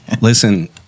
listen